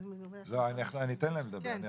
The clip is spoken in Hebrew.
אני אתן להם לדבר,